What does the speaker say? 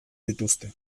dituzte